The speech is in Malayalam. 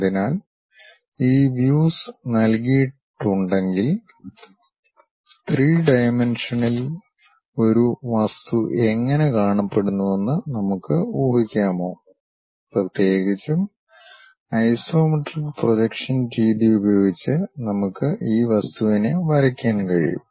അതിനാൽ ഈ വ്യൂസ് നൽകിയിട്ടുണ്ടെങ്കിൽ ത്രീ ഡയമെൻഷനിൽ ഒരു വസ്തു എങ്ങനെ കാണപ്പെടുന്നുവെന്ന് നമുക്ക് ഊഹിക്കാമോ പ്രത്യേകിച്ചും ഐസോമെട്രിക് പ്രൊജക്ഷൻ രീതി ഉപയോഗിച്ച് നമുക്ക് ആ വസ്തുവിനെ വരയ്ക്കാൻ കഴിയും